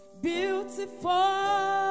Beautiful